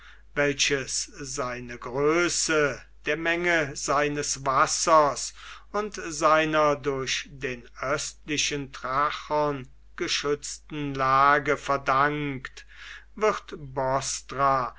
welches seine größe der menge seines wassers und seiner durch den östlichen trachon geschützten lage verdankt wird